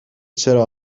چرا